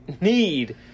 need